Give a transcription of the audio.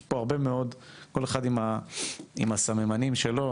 ויש הרבה מאוד, וכל אחד הוא עם הסממנים שלו